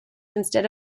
instead